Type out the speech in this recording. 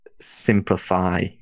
simplify